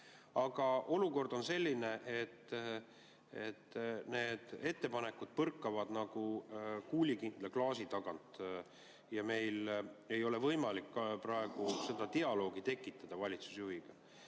Aga olukord on selline, et need ettepanekud põrkavad nagu kuulikindla klaasi vastu ja meil ei ole võimalik praegu seda dialoogi valitsusjuhiga